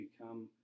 become